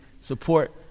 support